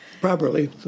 properly